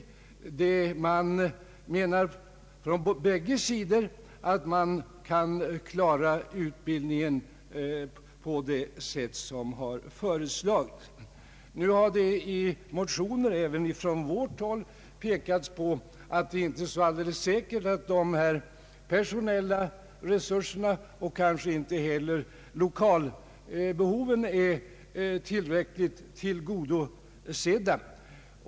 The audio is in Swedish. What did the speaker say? Man menar från båda sidor att man kan klara utbildningen på det sätt som har föreslagits. Nu har vi i motioner även från vårt håll pekat på att det inte är så alldeles säkert att de personella behoven och kanske inte heller lokalbehoven är tillräckligt tillgodosedda.